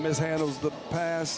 mishandles the pas